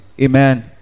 Amen